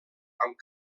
amb